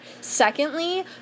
Secondly